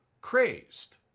crazed